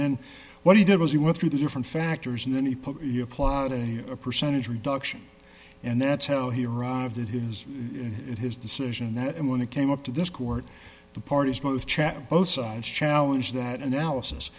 then what he did was he went through the different factors and then he put your client a a percentage reduction and that's how he arrived at his and his decision that when it came up to this court the parties both chad both sides challenge that analysis